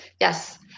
yes